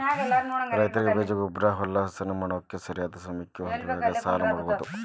ರೈತರಿಗೆ ಬೇಜ, ಗೊಬ್ಬ್ರಾ, ಹೊಲಾ ಹಸನ ಮಾಡ್ಕೋಳಾಕ ಸರಿಯಾದ ಸಮಯಕ್ಕ ಹೊಂದುಹಂಗ ಸಾಲಾ ಕೊಡುದ